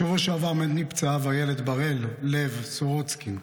בשבוע שעבר מת מפצעיו הילד בראל לב סורוצקין,